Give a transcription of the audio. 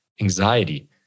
anxiety